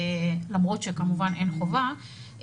למרות שכמובן אין חובה,